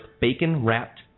bacon-wrapped